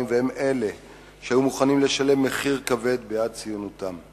והם שהיו מוכנים לשלם מחיר כבד בעד ציונותם.